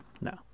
No